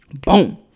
boom